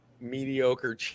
mediocre